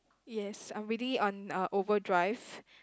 yes I'm reading it on uh overdrive